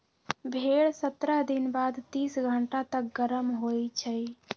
भेड़ सत्रह दिन बाद तीस घंटा तक गरम होइ छइ